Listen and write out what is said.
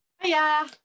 hiya